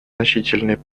значительные